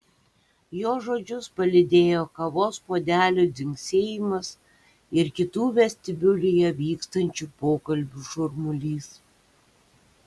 jo žodžius palydėjo kavos puodelių dzingsėjimas ir kitų vestibiulyje vykstančių pokalbių šurmulys